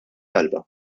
talba